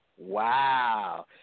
Wow